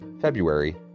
February